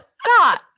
Stop